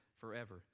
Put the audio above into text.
forever